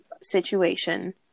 situation